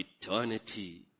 eternity